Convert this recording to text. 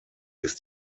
ist